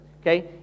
Okay